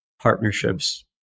partnerships